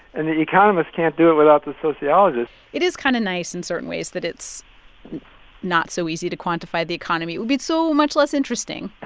and the economists can't do it without the sociologists it is kind of nice in certain ways that it's not so easy to quantify the economy. it would be so much less interesting